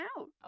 out